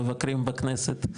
מבקרים בכנסת,